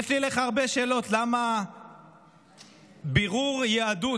למה בירור יהדות,